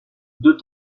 deux